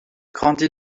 grandit